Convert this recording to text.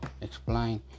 explain